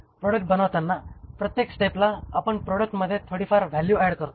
product बनवताना प्रत्येक स्टेपला आपण प्रॉडक्ट मध्ये थोडीफार व्हॅल्यू ऍड करतो